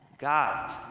God